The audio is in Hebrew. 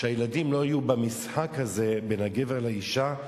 שהילדים לא יהיו במשחק הזה בין הגבר לאשה.